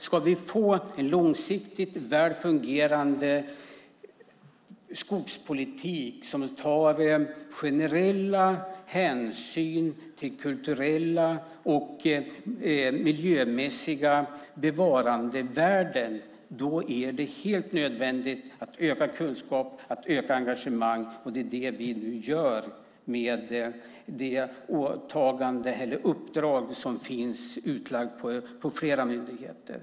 Ska vi få en långsiktigt väl fungerande skogspolitik som tar generella hänsyn till kulturella och miljömässiga bevarandevärden är det helt nödvändigt att öka kunskap och engagemang, och det gör vi nu med det uppdrag som finns utlagt på flera myndigheter.